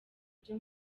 ibyo